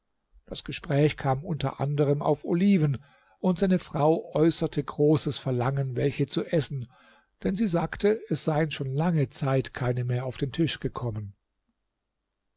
das gespräch kam unter anderem auf oliven und seine frau äußerte großes verlangen welche zu essen denn sie sagte es seien schon lange zeit keine mehr auf den tisch gekommen